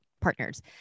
partners